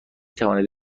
توانید